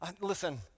Listen